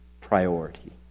priority